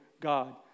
God